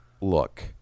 look